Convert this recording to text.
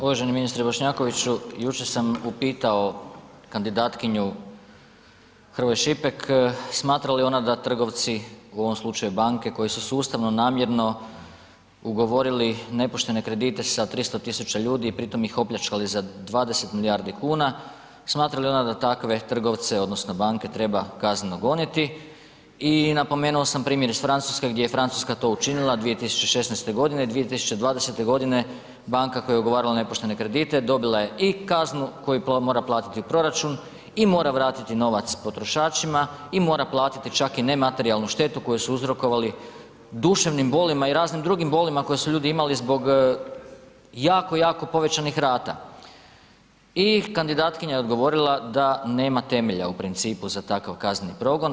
Uvaženi ministre Bošnjakoviću, jučer sam upitao kandidatkinju Hrvoj Šipek smatra li ona da trgovci, u ovom slučaju banke, koji su sustavno, namjerno ugovorili nepoštene kredite sa 300 tisuća ljudi i pritom ih opljačkali za 20 milijardi kuna, smatra li ona da takve trgovce, odnosno banke treba kazneno goniti i napomenuo sam primjer iz Francuske gdje je Francuska to učinila 2016. g. i 2020. g. banka koja je ugovarala nepoštene kredite, dobila je i kaznu koju mora platiti u proračun i mora vratiti novac potrošačima i mora platiti čak i nematerijalnu štetu koju su uzrokovali duševnim bolima i raznim drugim bolima koje su ljudi imali zbog jako, jako povećanih rata i kandidatkinja je odgovorila da nema temelja u principu za takav kazneni progon.